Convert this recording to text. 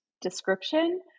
description